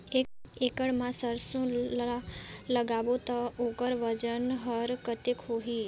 एक एकड़ मा सरसो ला लगाबो ता ओकर वजन हर कते होही?